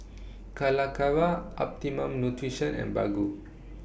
Calacara Optimum Nutrition and Baggu